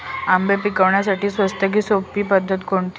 आंबे पिकवण्यासाठी स्वस्त आणि सोपी पद्धत कोणती?